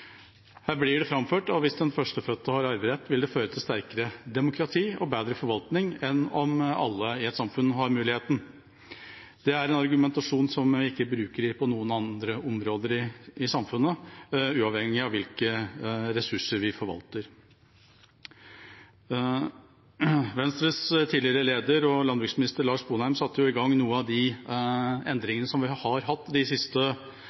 Her blir det framført at hvis den førstefødte har arverett, vil det føre til sterkere demokrati og bedre forvaltning enn om alle i samfunnet har muligheten. Det er en argumentasjon vi ikke bruker på noen andre områder i samfunnet, uavhengig av hvilke ressurser vi forvalter. Venstres tidligere leder og landbruksminister Lars Sponheim satte i gang noen av endringene vi de siste årene har hatt